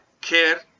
care